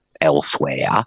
elsewhere